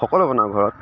সকলো বনাওঁ ঘৰত